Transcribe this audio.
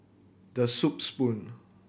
The Soup Spoon